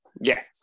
Yes